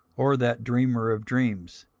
or that dreamer of dreams